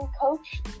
coach